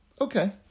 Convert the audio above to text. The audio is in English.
Okay